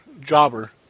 jobber